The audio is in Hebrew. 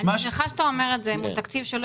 אני שמחה שאתה אומר את זה מול תקציב שלא